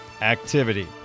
activity